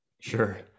sure